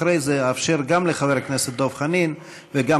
אחרי זה אאפשר גם לחבר הכנסת דב חנין וגם